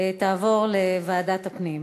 תעבור לוועדת הפנים.